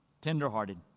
tenderhearted